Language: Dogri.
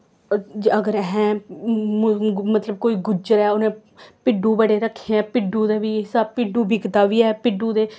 अगर असें मतलब कोई अगर गुज्जर ऐ उ'नें भिड्डू बड़े रक्खे दे न भिड्डू दे बी भिड्डू बिकदा बी ऐ भिड्डू दे